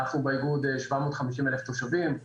אנחנו באיגוד 750,000 תושבים.